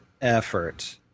effort